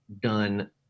done